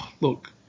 look